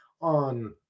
on